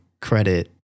credit